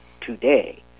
today